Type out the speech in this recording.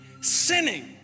sinning